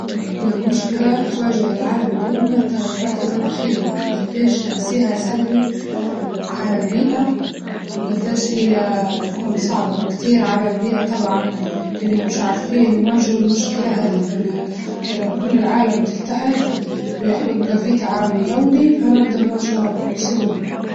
أكبر مشكلى تواجه العالم اليوم هي التغيرات المناخية وقديش تأثيرها سلبي على البيئة وقديش هي تكون صعبة وكتير على البيئة طبعاً، لأنا مش عارفين نواجهوا المشكلة هادي فأنا قلو كل العالم تتحد وي- ويبقى فيه تعاون دولي فنقدر نواجههوها بكل سهولة.